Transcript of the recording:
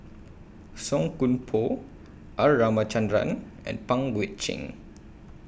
Song Koon Poh R Ramachandran and Pang Guek Cheng